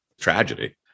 tragedy